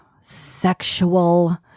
sexual